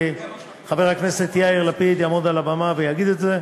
וחבר הכנסת יאיר לפיד יעמוד על הבמה ויגיד את זה,